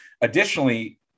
additionally